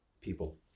people